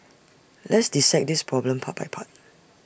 let's dissect this problem part by part